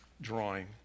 drawing